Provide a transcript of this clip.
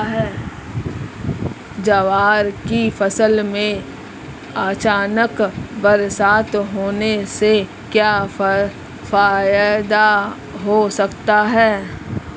ज्वार की फसल में अचानक बरसात होने से क्या फायदा हो सकता है?